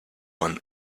one